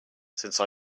since